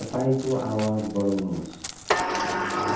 तपाईँको आवाज बढाउनुहोस्